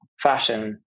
fashion